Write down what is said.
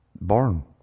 born